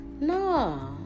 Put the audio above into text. No